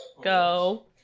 Go